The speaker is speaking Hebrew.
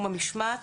המשמעת